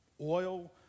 Oil